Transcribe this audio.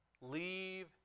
leave